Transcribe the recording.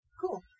Cool